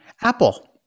Apple